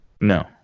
No